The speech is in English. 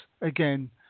again